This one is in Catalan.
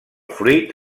fruit